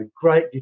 great